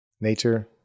Nature